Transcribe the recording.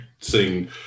seeing